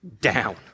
down